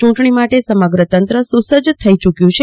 ચૂંટણી માટે સમગ્ર તંત્ર સુસજ્જ થઇ ચૂકયું છે